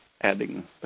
adding